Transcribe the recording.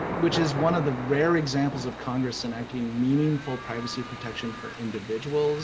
which is one of the rare examples of congress enacting meaningful privacy protection for individuals